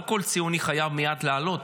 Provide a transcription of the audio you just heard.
לא כל ציוני חייב מייד לעלות,